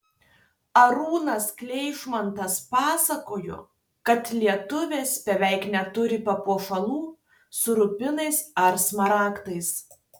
arūnas kleišmantas pasakojo kad lietuvės beveik neturi papuošalų su rubinais ar smaragdais